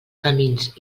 camins